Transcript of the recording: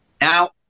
Now